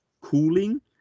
cooling